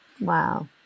Wow